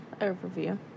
overview